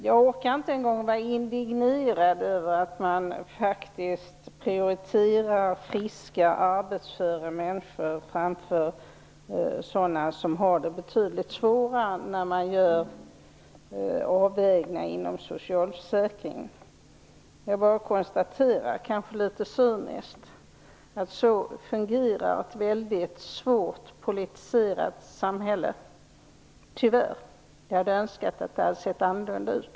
Jag orkar inte en gång vara indignerad över att man faktiskt prioriterar friska arbetsföra människor framför sådana som har det betydligt svårare när man gör avvägningar inom socialförsäkringen. Jag bara konstaterar, kanske litet cyniskt, att så fungerar ett väldigt hårt politiserat samhälle - tyvärr. Jag hade önskat att det hade sett annorlunda ut.